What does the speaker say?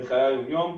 בחיי היום יום.